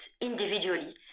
individually